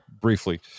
briefly